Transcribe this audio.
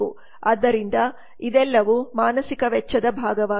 ಆದ್ದರಿಂದ ಇದೆಲ್ಲವೂ ಮಾನಸಿಕ ವೆಚ್ಚದ ಭಾಗವಾಗಿದೆ